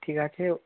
ঠিক আছে